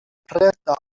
preta